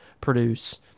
produce